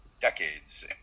decades